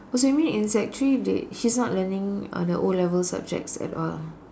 oh so you mean in sec three they he's not learning uh the O-level subjects at all